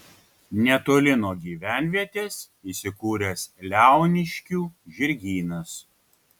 netoli nuo gyvenvietės įsikūręs leoniškių žirgynas